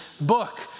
book